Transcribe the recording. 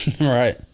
Right